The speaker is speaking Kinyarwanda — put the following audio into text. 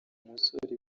umusore